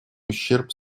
ущерб